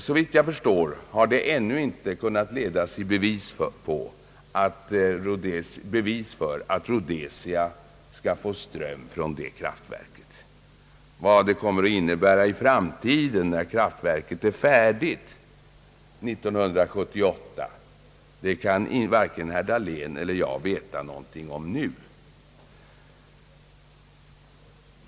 Såvitt jag förstår har det inte kunnat ledas i bevis att Rhodesia skall få ström från det kraftverket. Vad som kan komma att hända i framtiden, när kraftverket blir färdigt 1978, kan varken herr Dahlén eller jag veta någonting om nu.